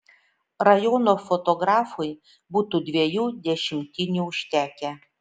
rajono fotografui būtų dviejų dešimtinių užtekę